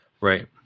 Right